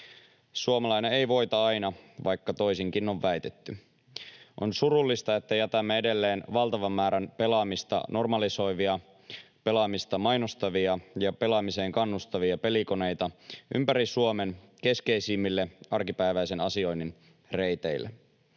Suomalainen ei voita aina, vaikka toisinkin on väitetty. On surullista, että jätämme edelleen valtavan määrän pelaamista normalisoivia, pelaamista mainostavia ja pelaamiseen kannustavia pelikoneita ympäri Suomen, keskeisimmille arkipäiväisen asioinnin reiteille,